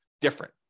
different